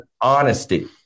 honesty